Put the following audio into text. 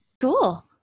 Cool